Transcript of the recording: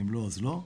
אם לא אז לא.